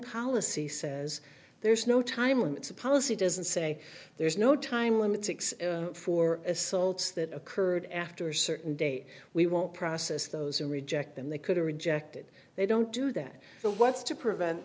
policy says there's no time limits a policy doesn't say there's no time limits for assaults that occurred after a certain date we won't process those who reject them they could reject it they don't do that so what's to prevent